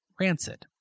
Rancid